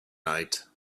night